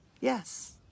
Yes